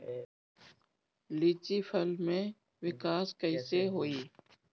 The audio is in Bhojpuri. लीची फल में विकास कइसे होई?